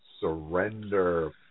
Surrender